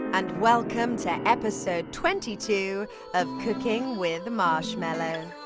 and, welcome to episode twenty two of cooking with marshmello!